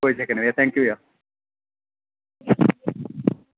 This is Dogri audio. एह् थैंक यू भैया